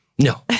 No